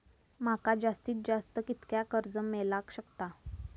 माका जास्तीत जास्त कितक्या कर्ज मेलाक शकता?